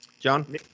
John